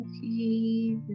Okay